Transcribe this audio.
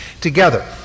together